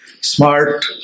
smart